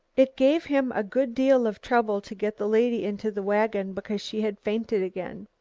it gave him a good deal of trouble to get the lady into the wagon, because she had fainted again.